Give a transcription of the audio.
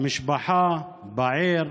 המשפחה, ובעיר,